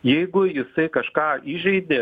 jeigu jisai kažką įžeidė